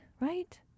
right